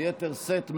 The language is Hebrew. ביתר שאת,